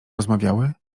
rozmawiały